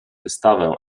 wystawę